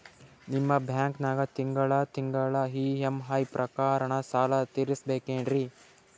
ನಿಮ್ಮ ಬ್ಯಾಂಕನಾಗ ತಿಂಗಳ ತಿಂಗಳ ಇ.ಎಂ.ಐ ಪ್ರಕಾರನ ಸಾಲ ತೀರಿಸಬೇಕೆನ್ರೀ?